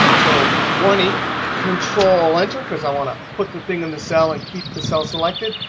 so twenty control enter because i want to put the thing in the cell and keep the cell selected.